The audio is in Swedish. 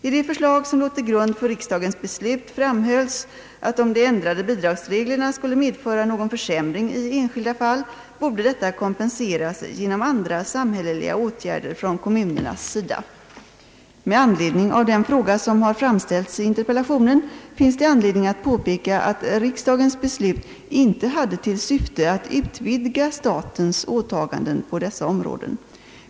I det förslag som låg till grund för riksdagens beslut framhölls, att om de ändrade bidragsreglerna skulle medföra någon försäm ring i enskilda fall, borde detta kompenseras genom andra samhälleliga åtgärder från kommunernas sida. Med anledning av den fråga som har framställts i interpellationen finns det anledning påpeka, att riksdagens beslut inte hade till syfte att utvidga statens åtaganden på dessa områden.